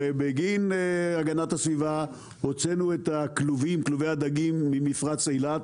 הרי בגין הגנת הסביבה הוצאנו את כלובי הדגים ממפרץ אילת,